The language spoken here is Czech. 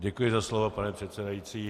Děkuji za slovo, pane předsedající.